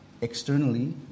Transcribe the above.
externally